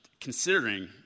Considering